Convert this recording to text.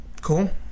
Cool